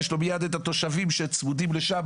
יש לו מייד את התושבים שצמודים לשם,